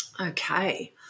okay